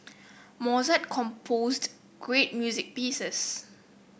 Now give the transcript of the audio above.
Mozart composed great music pieces